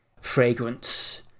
fragrance